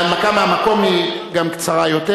הנמקה מהמקום היא גם קצרה יותר,